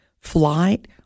flight